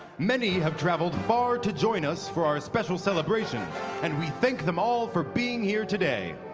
many have traveled far to join us for our special celebration and we thank them all for being here today.